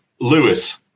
Lewis